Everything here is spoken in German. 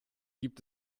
gibt